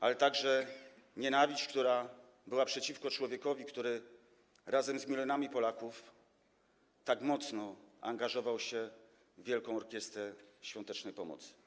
Ale także nienawiść przeciwko człowiekowi, który razem z milionami Polaków tak mocno angażował się w Wielką Orkiestrę Świątecznej Pomocy.